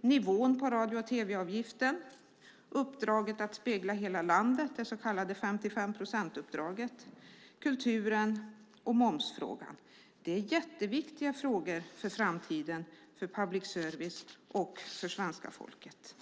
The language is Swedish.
nivån på radio och tv-avgiften, uppdraget att spegla hela landet, det så kallade 55-procentsuppdraget, kulturen och momsfrågan. Det är mycket viktiga frågor för framtiden för public service och för svenska folket.